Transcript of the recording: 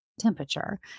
temperature